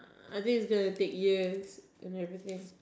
I think it's gonna take years and everything